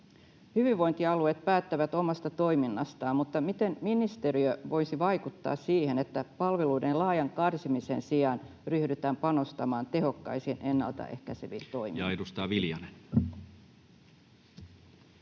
Hyvinvointialueet päättävät omasta toiminnastaan, mutta miten ministeriö voisi vaikuttaa siihen, että palveluiden laajan karsimisen sijaan ryhdytään panostamaan tehokkaisiin ennaltaehkäiseviin toimiin?